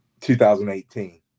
2018